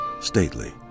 stately